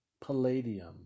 palladium